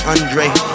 Andre